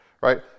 right